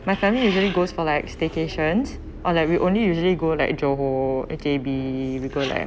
my family usually goes for like staycations or like we only usually go like johor J_B we go like